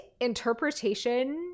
interpretation